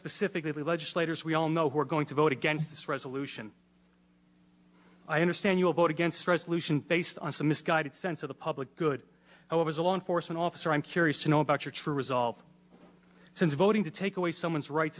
specifically legislators we all know who are going to vote against this resolution i understand you will vote against resolution based on some misguided sense of the public good however as a law enforcement officer i'm curious to know about your true resolve since voting to take away someone's rights